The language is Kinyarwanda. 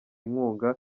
inkunga